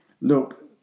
Look